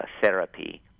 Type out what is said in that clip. therapy